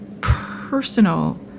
personal